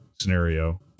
scenario